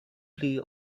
pli